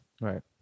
right